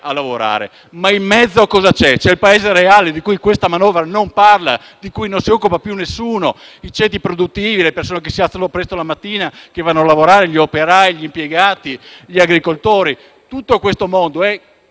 a lavorare. In mezzo, però, c'è il Paese reale, di cui questa manovra non parla, di cui non si occupa più nessuno, i ceti produttivi, le persone che si alzano presto la mattina per andare a lavorare, gli operai, gli impiegati, gli agricoltori. Tutto questo mondo è